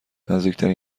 نزدیکترین